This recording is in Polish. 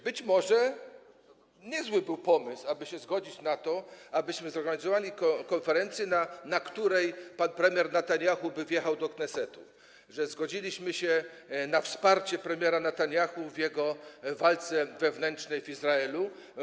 Być może niezły był pomysł, aby się zgodzić na to, abyśmy zorganizowali konferencję, na której pan premier Netanjahu by wjechał do Knesetu, że zgodziliśmy się na wsparcie premiera Netanjahu w jego walce wewnętrznej w Izraelu.